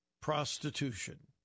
prostitution